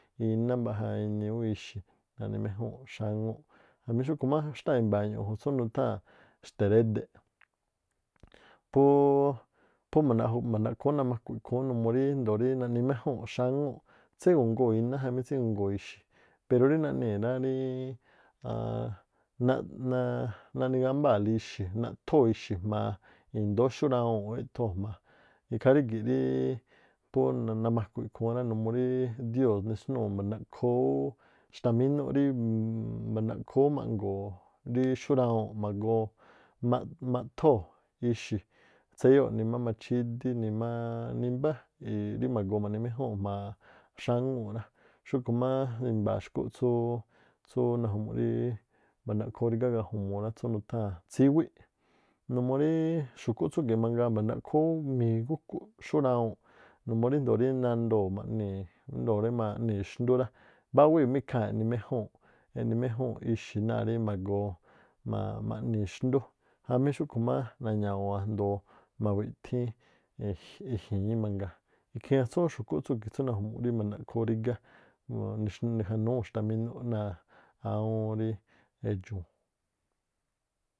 Iná mba̱ꞌja̱ enii ú ixi̱, naꞌni méjúu̱nꞌ xáŋúu̱ꞌ jamí xúꞌkhu̱ xtáa̱ i̱mba̱a̱ ñu̱ꞌju̱n tsú nutháa̱n xta̱rédeꞌ púú mba̱ndaꞌkhoo ú namaꞌku̱ꞌ ikhúún numiuu ríndo̱o rí naꞌni méjúu̱nꞌ xáŋúu̱ꞌ tségu̱ngoo̱ iná jamí tségu̱ngoo̱ ixi̱, pero rí naꞌnii̱ rá ríí aan naꞌni gámbaa̱lí ixi̱, naꞌthoo̱ ixi̱ jma̱a i̱ndóó xúrawuu̱nꞌ eꞌthoo̱ jma̱a, ikhaa rígi̱̱ꞌ ríí namaku̱ ikhúún rá numuu rí dióo̱ nexnúu̱ mba̱ndaꞌkhoo ú xtamínúꞌ rí mba̱ndaꞌkhoo ú ma̱ꞌngo̱o̱ rí xúrawuu̱nꞌ ma̱goo maꞌthoo̱ ixi̱, tséyóo̱ꞌ nimá machídí, nimá nimbá rí ma̱goo ma̱ꞌni jma̱a xáŋúu̱ꞌ rá. Xúꞌkhu̱ má i̱mba̱a̱ xkúꞌ tsúú naju̱mu̱ rí mba̱ndaꞌkhoo ú rigá gaju̱mu̱u̱ an tsú nutháa̱n tsíwíꞌ numuu ríí xu̱kúꞌ tsu̱gi̱ꞌ mangaa mba̱ndaꞌkhoo ú migúkúꞌ xúrawuu̱nꞌ, numuu ríndoo̱ rí nandoo̱ ma̱ꞌnii̱ índoo̱ rí ma̱ꞌnii̱ xndú rá, mbáwíi̱ má ikhaa̱ eꞌni méjúu̱nꞌ ixi̱ náa̱ rí ma̱goo ma̱a̱- ma̱ꞌnii̱- xndú jamí xúꞌkhu̱ má naña̱wu̱u̱n a̱jndo̱o mawiꞌhíín e̱ji̱ñí mangaa. Ikhiin atsúún xu̱kúꞌ tsúgi̱ꞌ tsú naju̱mu̱ꞌ rí mba̱ndaꞌkhoo ú rígá nijanúu̱ xtamínúꞌ náa̱ awúún rí edxu̱u̱.